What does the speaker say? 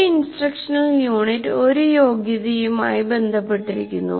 ഒരു instructional unit ഒരു യോഗ്യതയുമായി ബന്ധപ്പെട്ടിരിക്കുന്നു